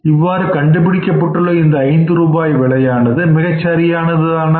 இவ்வாறு கண்டுபிடிக்கப்பட்டுள்ள இந்த ஐந்து ரூபாய் விலையானது மிகச் சரியானதுதானா